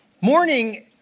Morning